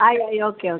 ആയി ആയി okay okay